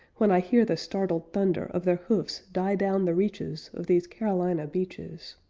when i hear the startled thunder of their hoofs die down the reaches of these carolina beaches.